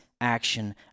action